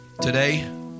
today